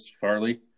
farley